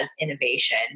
innovation